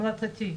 המלצתי,